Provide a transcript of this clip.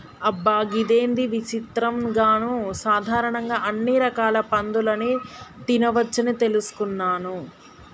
అబ్బ గిదేంది విచిత్రం నాను సాధారణంగా అన్ని రకాల పందులని తినవచ్చని తెలుసుకున్నాను